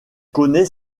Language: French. connaît